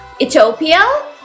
Ethiopia